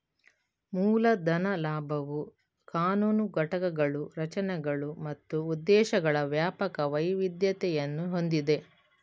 ಮೂಲ ಧನ ಲಾಭವು ಕಾನೂನು ಘಟಕಗಳು, ರಚನೆಗಳು ಮತ್ತು ಉದ್ದೇಶಗಳ ವ್ಯಾಪಕ ವೈವಿಧ್ಯತೆಯನ್ನು ಹೊಂದಿದೆ